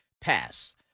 pass